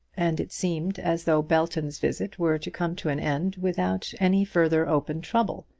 and it seemed as though belton's visit were to come to an end without any further open trouble.